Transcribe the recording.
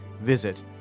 Visit